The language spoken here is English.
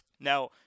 Now